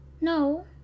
No